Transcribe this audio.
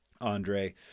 Andre